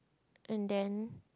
and then